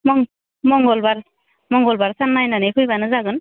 मंगलबार मंगलबार सान नायनानै फैब्लानो जागोन